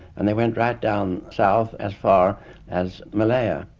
and they went right down south as far as malaya,